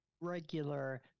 regular